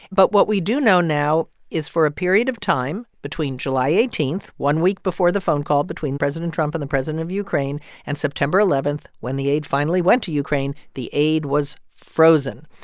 but what we do know now is for a period of time between july eighteen one week before the phone call between president trump and the president of ukraine and september eleven, when the aid finally went to ukraine, the aid was frozen.